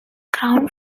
crown